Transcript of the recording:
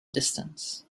distance